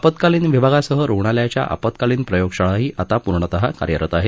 आपत्कालीन विभागासह रुग्णालयाच्या आपत्कालीन प्रयोगशाळाही आता पूर्णतः कार्यरत आहेत